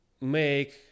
make